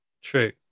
true